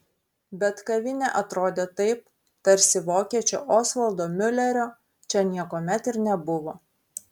bet kavinė atrodė taip tarsi vokiečio osvaldo miulerio čia niekuomet ir nebuvo